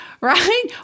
Right